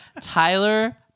Tyler